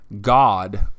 God